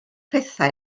pethau